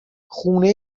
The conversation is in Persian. خونه